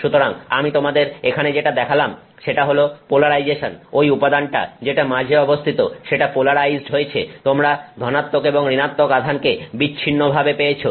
সুতরাং আমি তোমাদের এখানে যেটা দেখালাম সেটা হল পোলারাইজেশন ওই উপাদানটা যেটা মাঝে অবস্থিত সেটা পোলারাইজড হয়েছে তোমরা এবং আধানকে বিচ্ছিন্নভাবে পেয়েছো